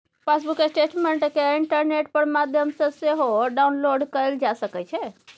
passbook statement केँ internet केर माध्यमसँ सेहो डाउनलोड कएल जा सकै छै